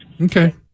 Okay